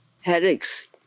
Headaches